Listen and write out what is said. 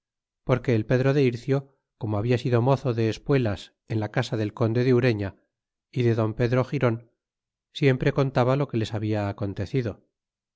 porque el pedro de ircio como habia sido mozo de espuelas en la casa del conde de urefia y de don pedro giron siempre contaba lo que les habia acontecido